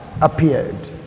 appeared